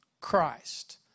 Christ